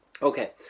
Okay